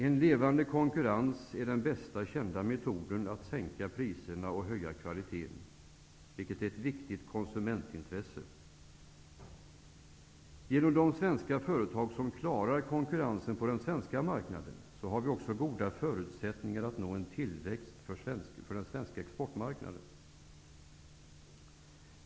En levade konkurrens är den bästa kända metoden att sänka priserna och höja kvaliten, vilket är ett viktigt konsumentintresse. Genom de svenska företag som klarar konkurrensen på den svenska marknaden har vi goda förutsättningar för att nå en tillväxt för den svenska exportmarknaden.